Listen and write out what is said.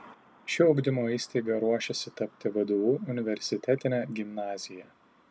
ši ugdymo įstaiga ruošiasi tapti vdu universitetine gimnazija